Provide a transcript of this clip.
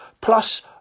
plus